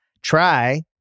Try